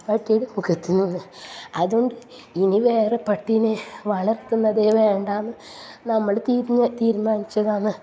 പട്ടീടെ മുഖത്ത് നിന്ന് അതുകൊണ്ട് ഇനി വേറെ പട്ടീനെ വളർത്തുന്നതെ വേണ്ടാന്ന് നമ്മൾ തീരുമാനിച്ചു തീരുമാനിച്ചതാണ്